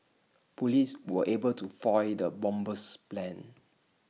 Police were able to foil the bomber's plans